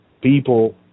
people